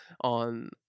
on